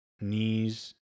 knees